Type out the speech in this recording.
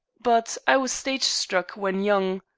but i was stage struck when young.